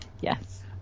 Yes